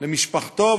למשפחתו,